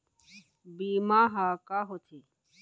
बीमा ह का होथे?